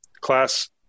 class